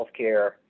healthcare